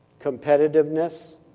competitiveness